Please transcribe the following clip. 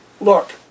look